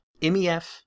MEF